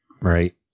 right